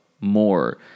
more